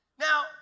Now